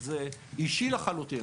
זה אישי לחלוטין.